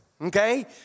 okay